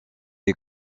est